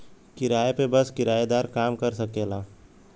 किराया पे बस किराएदारे काम कर सकेला